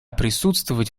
присутствовать